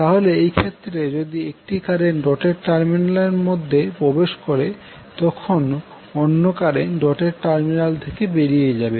তাহলে এই ক্ষেত্রে যদি একটি কারেন্ট ডটেড টার্মিনালের মধ্যে প্রবেশ করে তখন অন্য কারেন্ট ডটেড টার্মিনাল থেকে বেরিয়ে যাবে